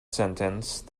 sentence